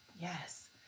Yes